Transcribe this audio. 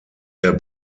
der